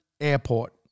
airport